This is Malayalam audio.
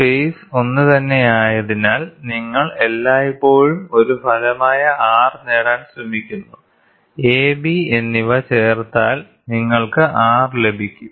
ഫേസ് ഒന്നുതന്നെയായതിനാൽ നിങ്ങൾ എല്ലായ്പ്പോഴും ഒരു ഫലമായ R നേടാൻ ശ്രമിക്കുന്നു AB എന്നിവ ചേർത്താൽ നിങ്ങൾക്ക് R ലഭിക്കും